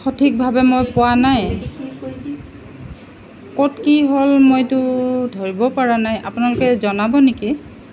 সঠিকভাৱে মই পোৱা নাই ক'ত কি হ'ল মইতো ধৰিবপৰা নাই আপোনালোকে জনাব নেকি